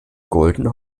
goldene